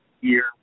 year